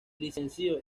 licenció